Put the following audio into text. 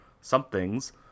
somethings